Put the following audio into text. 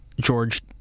George